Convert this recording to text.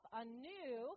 anew